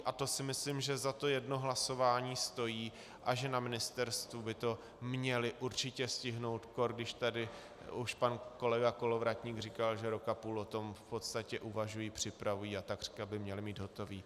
A to si myslím, že za to jedno hlasování stojí, a že na ministerstvu by to měli určitě stihnout, kór když tady už pan kolega Kolovratník říkal, že rok a půl o tom v podstatě uvažují, připravují a takřka by měli mít hotový.